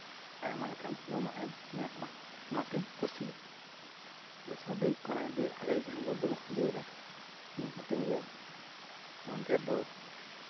ᱟᱭᱢᱟ ᱞᱮᱠᱟᱱ ᱡᱚᱢᱟᱜ ᱮᱢ ᱧᱟᱢᱟ ᱚᱱᱟ ᱛᱤᱧ ᱠᱩᱥᱤᱭᱟᱜᱼᱟ ᱫᱚᱥᱟᱨ ᱫᱚ ᱦᱩᱭᱩᱜ ᱠᱟᱱᱟ ᱡᱮ ᱟᱞᱮ ᱡᱟᱦᱟᱸ ᱵᱚᱨᱫᱷᱚᱢᱟᱱ ᱡᱮᱞᱟ ᱱᱤᱭᱟᱹ ᱦᱳᱴᱮᱞ ᱨᱮ ᱚᱸᱰᱮ ᱫᱚ